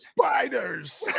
Spiders